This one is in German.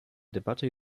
debatte